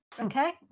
okay